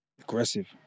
Aggressive